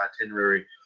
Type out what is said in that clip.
itinerary